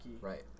Right